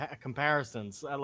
comparisons